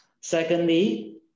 Secondly